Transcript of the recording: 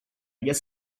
guess